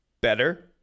better